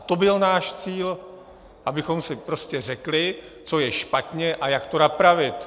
To byl náš cíl, abychom si prostě řekli, co je špatně a jak to napravit.